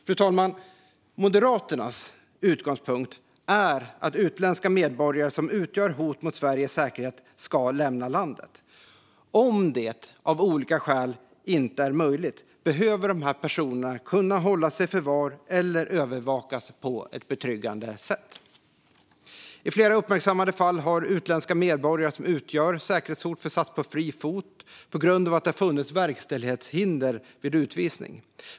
Fru talman! Moderaternas utgångspunkt är att utländska medborgare som utgör hot mot Sveriges säkerhet ska lämna landet. Om det av olika skäl inte är möjligt behöver dessa personer kunna hållas i förvar eller övervakas på ett betryggande sätt. I flera uppmärksammade fall har utländska medborgare som utgör säkerhetshot försatts på fri fot på grund av att det har funnits verkställighetshinder vid utvisning.